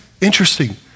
interesting